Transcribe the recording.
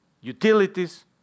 utilities